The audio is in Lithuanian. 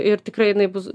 ir tikrai jinai bus